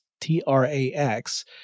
T-R-A-X